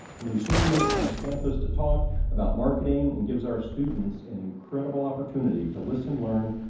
and the recipient comes to campus to talk about marketing and gives our students an incredible opportunity to listen, learn,